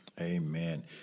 Amen